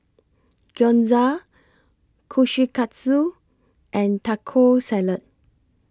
Gyoza Kushikatsu and Taco Salad